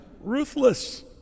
ruthless